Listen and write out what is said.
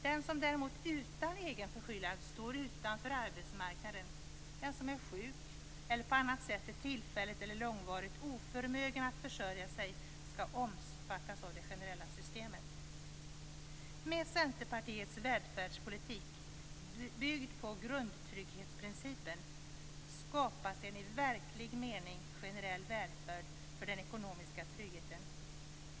Den som däremot utan egen förskyllan står utanför arbetsmarknaden, t.ex. den som är sjuk eller på annat sätt är tillfälligt eller långvarigt oförmögen att försörja sig, skall omfattas av det generella systemet. Med Centerpartiets välfärdspolitik, byggd på grundtrygghetsprincipen, skapas en i verklig mening generell välfärd genom den ekonomiska tryggheten.